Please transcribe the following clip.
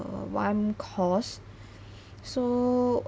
one course so